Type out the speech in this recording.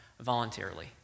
voluntarily